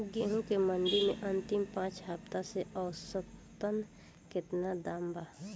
गेंहू के मंडी मे अंतिम पाँच हफ्ता से औसतन केतना दाम बा?